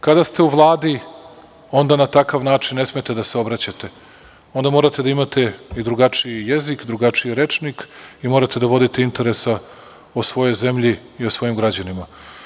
Kada ste u Vladi, onda na takav način ne smete da se obraćate, onda morate da imate i drugačiji jezik, drugačiji rečnik i morate da vodite interes o svojoj zemlji i svojim građanima.